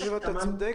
יניב, אתה צודק.